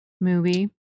movie